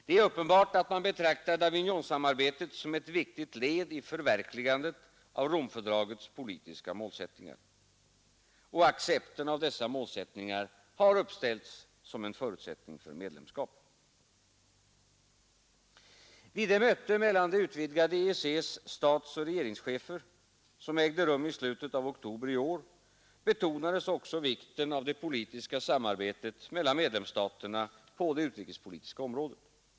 Det är uppenbart att man betraktar Davignonsamarbetet som ett viktigt led i förverkligandet av Romfördragets politiska målsättningar, och accepten av dessa målsättningar har uppställts som en förutsättning för medlemskap. Vid det möte mellan det utvidgade EEC:s statsoch regeringschefer som ägde rum i slutet av oktober i år betonades också vikten av det politiska samarbetet mellan medlemsstaterna på det utrikespolitiska området.